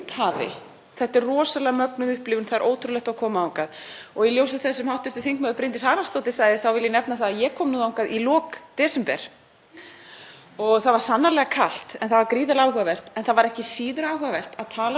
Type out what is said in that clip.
og það var sannarlega kalt en það var gríðarlega áhugavert. En það var ekki síður áhugavert að tala við fólkið sem býr þarna af því að þarna býr fólk sem á börn sem sækja ekki skóla í eynni heldur þurfa að fara til meginlandsins.